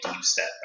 step